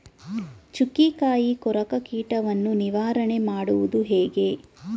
ಚುಕ್ಕಿಕಾಯಿ ಕೊರಕ ಕೀಟವನ್ನು ನಿವಾರಣೆ ಮಾಡುವುದು ಹೇಗೆ?